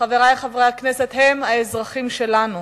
חברי חברי הכנסת, האזרחים שלנו.